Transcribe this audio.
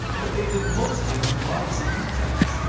but they live mostly on bugs and insects.